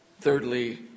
Thirdly